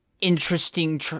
interesting –